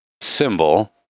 symbol